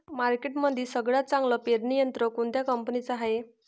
मार्केटमंदी सगळ्यात चांगलं पेरणी यंत्र कोनत्या कंपनीचं हाये?